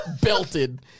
belted